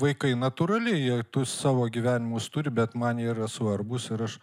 vaikai natūrali jie tu savo gyvenimus turi bet man jie yra svarbus ir aš